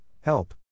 Help